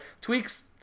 tweaks